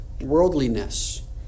worldliness